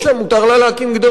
מותר לה להקים גדרות.